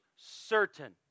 certain